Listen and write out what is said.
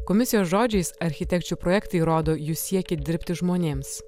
komisijos žodžiais architekčių projektai rodo jų siekį dirbti žmonėms